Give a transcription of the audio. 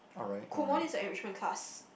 Kumon is an enrichment class